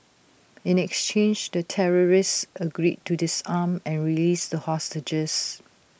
in exchange the terrorists agreed to disarm and released the hostages